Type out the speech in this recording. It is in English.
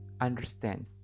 Understand